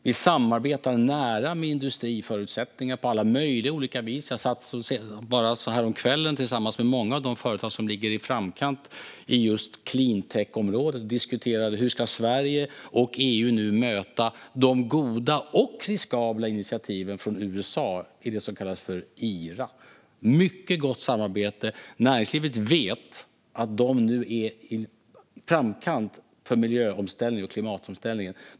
Vi samarbetar nära med industriförutsättningar på alla möjliga olika vis. Bara häromkvällen satt jag med många av just de cleantechföretag som ligger i framkant och diskuterade hur Sverige och EU nu ska möta de goda, och riskabla, initiativen från USA i det som kallas IRA. Vi har ett mycket gott samarbete. Näringslivet vet att de ligger i framkant när det gäller miljö och klimatomställningen.